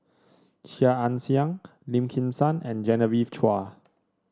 Chia Ann Siang Lim Kim San and Genevieve Chua